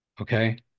Okay